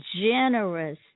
generous